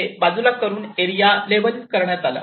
ते बाजूला करून एरिया लेवल करण्यात आला